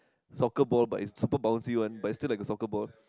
soccer ball but it's super bouncy one but it's still like a soccer ball